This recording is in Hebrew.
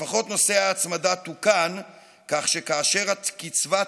לפחות נושא ההצמדה תוקן כך שכאשר הקצבה תגדל,